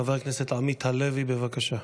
חבר הכנסת עמית הלוי, בבקשה.